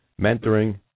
mentoring